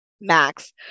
max